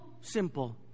simple